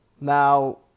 Now